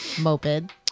Moped